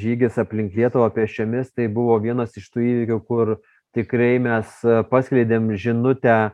žygis aplink lietuvą pėsčiomis tai buvo vienas iš tų įvykių kur tikrai mes paskleidėm žinutę